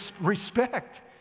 respect